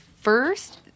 first